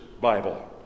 bible